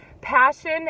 passion